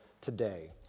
today